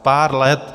Pár let.